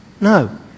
No